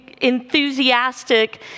enthusiastic